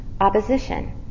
opposition